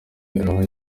aho